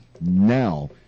Now